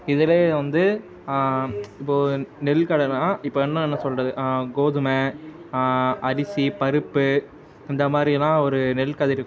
இதில் வந்து இப்போது நெல் கடைன்னா இப்போ என்னென்ன சொல்வது கோதுமை அரிசி பருப்பு இந்த மாதிரிலாம் ஒரு நெல்கதிர்